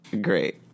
Great